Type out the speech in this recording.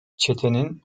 çetenin